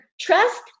trust